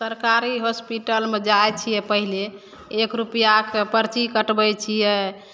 सरकारी हॉसपिटलमे जाइ छिए पहिले एक रुपैआके परची कटबै छिए